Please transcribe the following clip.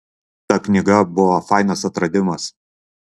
ta knyga buvo fainas atradimas